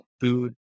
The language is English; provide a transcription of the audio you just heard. Food